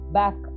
back